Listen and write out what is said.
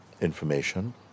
information